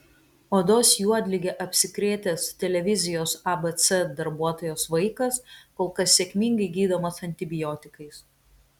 odos juodlige apsikrėtęs televizijos abc darbuotojos vaikas kol kas sėkmingai gydomas antibiotikais